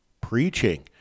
preaching